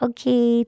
Okay